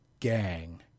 Gang